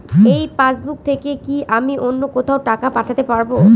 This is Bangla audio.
এই পাসবুক থেকে কি আমি অন্য কোথাও টাকা পাঠাতে পারব?